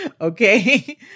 Okay